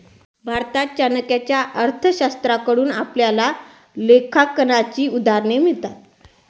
भारतात चाणक्याच्या अर्थशास्त्राकडून आपल्याला लेखांकनाची उदाहरणं मिळतात